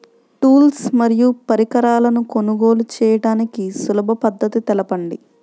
Tools మరియు పరికరాలను కొనుగోలు చేయడానికి సులభ పద్దతి తెలపండి?